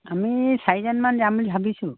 আমি চাৰিজনমান যাম বুলি ভাবিছোঁ